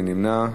מי נמנע?